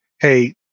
hey